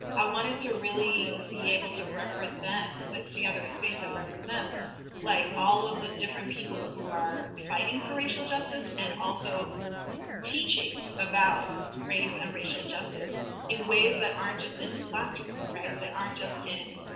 i wanted to really be able to represent, put together a space that represents like all of the different people who are fighting for racial justice, and also teaching about race and racial justice in ways that aren't just in the classroom. right? that aren't just in